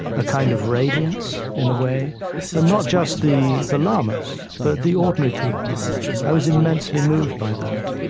a kind of radiance in a way and not just the the lamas, but the ordinary people i was immensely moved by that.